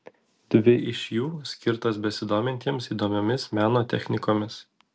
dvi iš jų skirtos besidomintiems įdomiomis meno technikomis